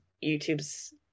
youtube's